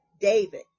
david